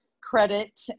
credit